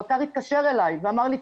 הבקר התקשר אלי ואמר לי,